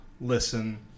listen